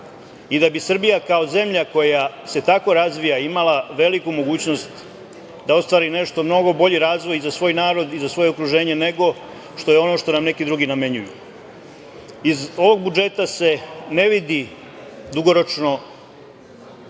i da bi Srbija kao zemlja koja se tako razvija imala veliku mogućnost da ostvari nešto mnogo bolji razvoj za svoj narod i za svoje okruženje nego što je ono što nam neki drugi namenjuju. Iz ovog budžeta se ne vidi dugoročno